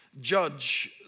judge